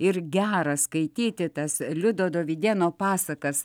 ir gera skaityti tas liudo dovydėno pasakas